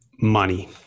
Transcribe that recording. money